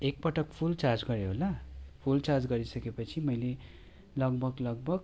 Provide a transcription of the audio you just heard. एकपटक full charge गरेँ होला फुल चार्ज गरिसकेपछि मैले लगभग लगभग